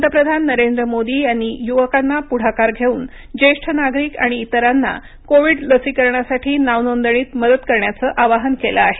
पंतप्रधान नरेंद्र मोदी यांनी युवकांना पुढाकार घेऊन ज्येष्ठ नागरिक आणि इतरांना कोविड लसीकरणासाठी नाव नोंदणीत मदत करण्याचं आवाहन केलं आहे